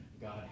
God